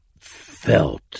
felt